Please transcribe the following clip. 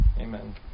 Amen